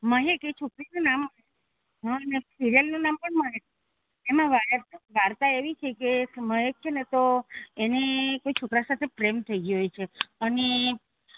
મહેક એ છોકરીનું નામ મહેક છે હ અને સિરિયલનું નામ પણ મહેક છે એમાં વાર્તા એવી છે કે મહેક છે ને તો એને કોઈ છોકરા સાથે પ્રેમ થઈ ગયો હોય છે અને